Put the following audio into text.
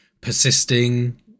persisting